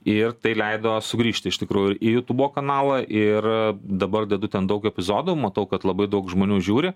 ir tai leido sugrįžti iš tikrųjų į jutubo kanalą ir dabar dedu ten daug epizodų matau kad labai daug žmonių žiūri